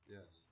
Yes